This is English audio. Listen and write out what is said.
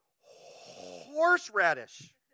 Horseradish